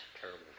terrible